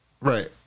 right